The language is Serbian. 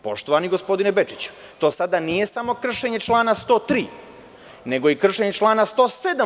Poštovani gospodine Bečiću, to sada nije samo kršenje člana 103. nego i kršenje člana 107.